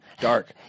dark